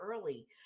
early